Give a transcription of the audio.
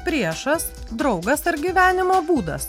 priešas draugas ar gyvenimo būdas